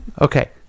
Okay